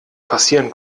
passieren